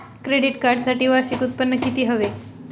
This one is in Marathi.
क्रेडिट कार्डसाठी वार्षिक उत्त्पन्न किती हवे?